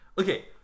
Okay